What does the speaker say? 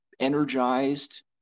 energized